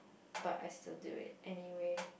but I still do it anyway